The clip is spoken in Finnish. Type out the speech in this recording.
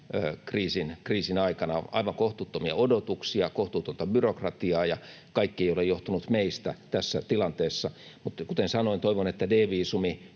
pandemiakriisin aikana: aivan kohtuuttomia odotuksia, kohtuutonta byrokratiaa. Kaikki ei ole johtunut meistä tässä tilanteessa, mutta kuten sanoin, toivon, että D-viisumi